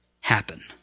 happen